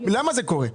למה זה קורה?